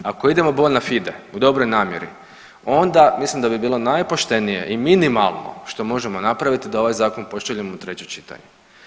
Ako idemo bona fide u dobroj namjeri onda mislim da bi bilo najpoštenije i minimalno što možemo napravit da ovaj zakon pošaljemo u treće čitanje.